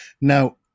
now